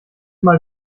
mal